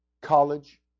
college